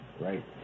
right